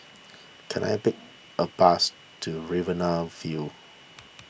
can I take a bus to Riverina View